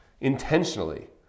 intentionally